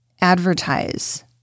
advertise